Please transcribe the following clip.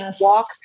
walk